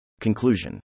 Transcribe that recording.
Conclusion